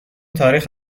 تاریخ